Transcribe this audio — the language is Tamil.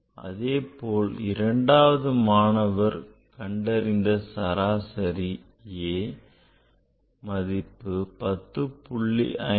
அதேபோல் இரண்டாவது மாணவர் கண்டறிந்த சராசரி a மதிப்பு 10